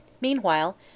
Meanwhile